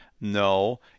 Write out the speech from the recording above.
No